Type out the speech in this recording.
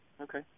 okay